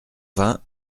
vingt